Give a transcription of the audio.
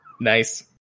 Nice